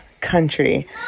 country